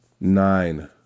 Nine